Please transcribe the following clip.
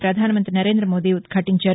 ప్రపధానమంగ్రి నరేంద్రమోదీ ఉద్భాటించారు